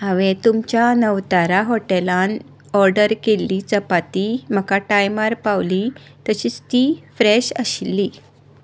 हांवें तुमच्या नवतारा हॉटेलान ऑडर केल्ली चपाती म्हाका टायमार पावली तशींच ती फ्रॅश आशिल्ली